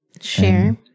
Share